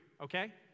okay